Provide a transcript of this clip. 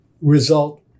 result